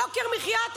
יוקר מחיה,